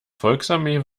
volksarmee